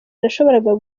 nashoboraga